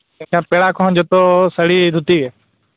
ᱮᱱᱠᱷᱟᱱ ᱯᱮᱲᱟ ᱠᱚᱦᱚᱸ ᱡᱚᱛᱚ ᱥᱟᱹᱲᱤ ᱫᱷᱩᱛᱤ